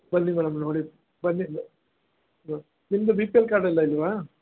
ಬನ್ನಿ ಮೇಡಮ್ ಬನ್ನಿ ಇದು ನಿಮ್ಮದು ಬಿ ಪಿ ಎಲ್ ಕಾರ್ಡ್ ಎಲ್ಲ ಇಲ್ಲವಾ